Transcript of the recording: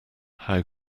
how